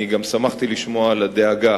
אני גם שמחתי לשמוע על הדאגה